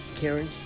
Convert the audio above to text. Karen